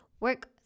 work